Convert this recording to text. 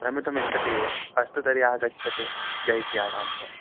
भ्रमितुमिच्छति अस्तु तर्हि आगच्छतु जय् सिया रां भो